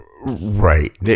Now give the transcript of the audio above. right